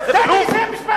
פי-שלושה זמן דיברת.